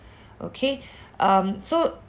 okay um so